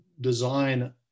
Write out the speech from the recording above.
design